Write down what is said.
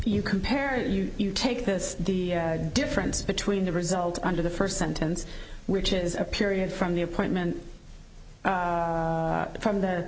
you compare it you take this the difference between the result under the first sentence which is a period from the appointment from that